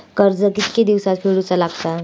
कर्ज कितके दिवसात फेडूचा लागता?